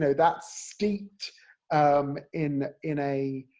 so that steeped um in, in a,